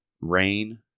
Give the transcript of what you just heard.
rain